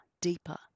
deeper